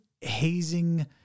hazing